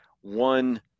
one